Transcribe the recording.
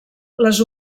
les